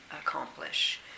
accomplish